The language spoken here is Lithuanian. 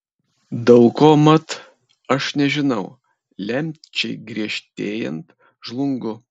daug ko mat aš nežinau lemčiai griežtėjant žlungu